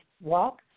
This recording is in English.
walk